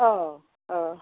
औ अह